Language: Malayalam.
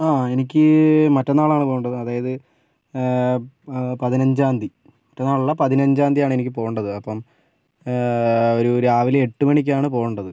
ആ എനിക്ക് മറ്റന്നാളാണ് പോകേണ്ടത് അതായത് പ പതിനഞ്ചാം തിയതി മറ്റന്നാളല്ല പതിനഞ്ചാം തിയതിയാണ് എനിക്ക് പോകേണ്ടത് അപ്പം ഒരു രാവിലെ എട്ട് മണിക്കാണ് പോകേണ്ടത്